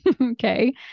okay